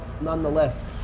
nonetheless